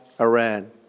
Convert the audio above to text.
Iran